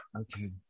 okay